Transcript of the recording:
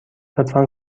لطفا